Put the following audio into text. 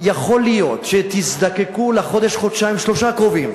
יכול להיות שתזדקקו לחודש-חודשיים-שלושה הקרובים